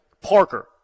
Parker